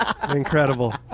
incredible